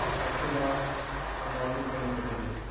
maxima and all these kind of packages.